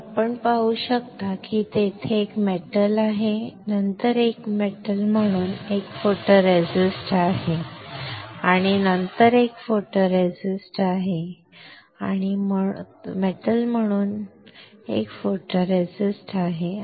आणि हे आपण पाहू शकता की तेथे एक धातू आहे नंतर एक धातू म्हणून एक फोटोरेसिस्ट आहे आणि नंतर एक फोटोरेसिस्ट आहे आणि धातू म्हणून एक फोटोरेसिस्ट आहे